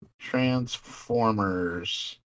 Transformers